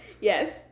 Yes